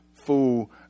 fool